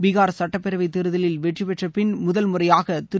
பிகார் சுட்டப்பேரவை தேர்தலில் வெற்றி பெற்ற பின் முதல் முறையாக திரு